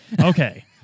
Okay